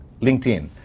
LinkedIn